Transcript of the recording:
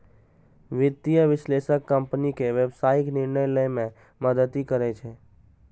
वित्तीय विश्लेषक कंपनी के व्यावसायिक निर्णय लए मे मदति करै छै